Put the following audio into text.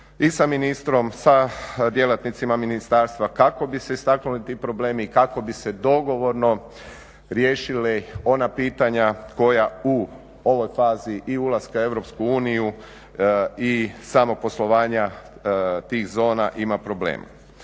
i sa ministrom, sa djelatnicima ministarstva kako bi se istaknuli ti problemi i kako bi se dogovorno riješila ona pitanja koja u ovoj fazi i ulaska u EU i samog poslovanja tih zona ima problema.